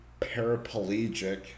paraplegic